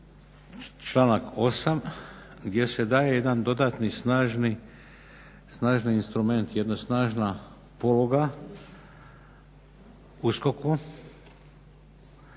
članak 8. gdje se daje jedan dodatni snažni instrument, jedna snažna poluga USKOK-u